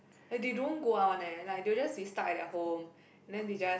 they don't go out one eh like they will just be stucked at their home then they just